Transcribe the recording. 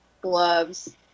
gloves